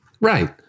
right